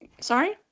Sorry